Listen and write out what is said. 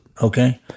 okay